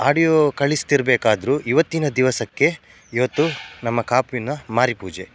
audio ಕಳಿಸ್ತಿರ್ಬೇಕಾದ್ರು ಇವತ್ತಿನ ದಿವಸಕ್ಕೆ ಇವತ್ತು ನಮ್ಮ ಕಾಪುವಿನ ಮಾರಿ ಪೂಜೆ